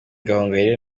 gahongayire